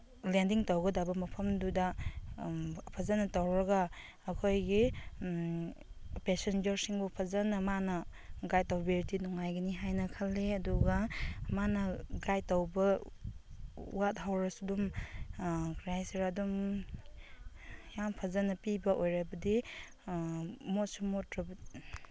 landing ꯇꯧꯒꯗꯕ ꯃꯐꯝꯗꯨꯗ ꯐꯖꯅ ꯇꯧꯔꯒ ꯑꯩꯈꯣꯏꯒꯤ ꯄꯦꯁꯦꯟꯖꯔꯁꯤꯡꯕꯨ ꯐꯖꯅ ꯃꯥꯅ ꯒꯥꯏꯠ ꯇꯧꯕꯤꯔꯗꯤ ꯅꯨꯡꯉꯥꯏꯒꯅꯤ ꯍꯥꯏꯅ ꯈꯜꯂꯤ ꯑꯗꯨꯒ ꯃꯥꯅ ꯒꯥꯏꯠ ꯇꯧꯕ ꯋꯥꯠꯍꯧꯔꯁꯨ ꯑꯗꯨꯝ ꯀꯔꯤ ꯍꯥꯏꯁꯤꯔꯥ ꯑꯗꯨꯝ ꯌꯥꯝ ꯐꯖꯅ ꯄꯤꯕ ꯑꯣꯏꯔꯕꯗꯤ ꯃꯣꯠꯁꯨ